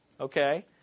Okay